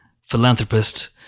philanthropist